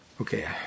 Okay